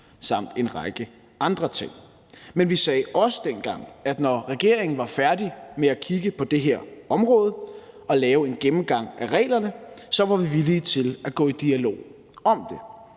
samt en række andre ting. Men vi sagde også dengang, at når regeringen var færdig med at kigge på det her område og havde lavet en gennemgang af reglerne, var vi villige til at gå i dialog om det.